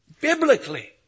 biblically